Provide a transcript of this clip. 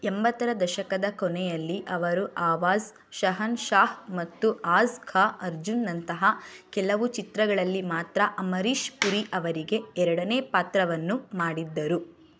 ಎಂಬತ್ತರ ದಶಕದ ಕೊನೆಯಲ್ಲಿ ಅವರು ಆವಾಜ್ ಶಹನ್ಷಾಹ್ ಮತ್ತು ಆಜ್ ಕಾ ಅರ್ಜುನ್ನಂತಹ ಕೆಲವು ಚಿತ್ರಗಳಲ್ಲಿ ಮಾತ್ರ ಅಮರೀಶ್ ಪುರಿ ಅವರಿಗೆ ಎರಡನೇ ಪಾತ್ರವನ್ನು ಮಾಡಿದ್ದರು